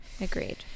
Agreed